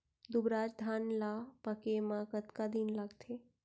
दुबराज धान ला पके मा कतका दिन लगथे?